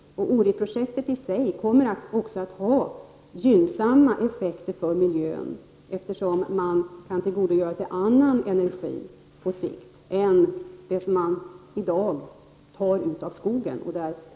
Uri-projektet i sig kommer också att få gynnsamma effekter för miljön, eftersom man på sikt kan tillgodogöra sig annan energi än den som man i dag tar ut av skogen.